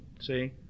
See